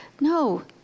no